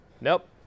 Nope